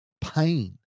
pain